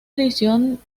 edición